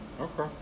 okay